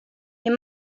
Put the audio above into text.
les